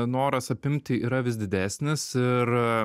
noras apimti yra vis didesnis ir